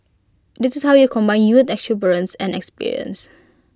this is how you combine youth exuberance and experience